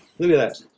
look at that.